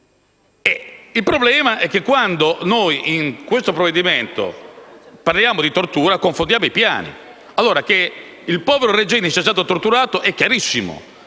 Il problema è che quando in questo provvedimento parliamo di tortura confondiamo i piani. Che il povero Regeni sia stato torturato è chiarissimo